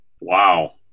Wow